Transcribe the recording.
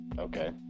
Okay